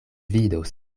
vidos